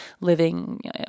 living